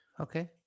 Okay